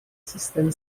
sustem